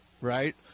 right